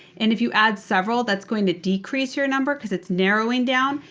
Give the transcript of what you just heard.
and if you add several, that's going to decrease your number because it's narrowing down.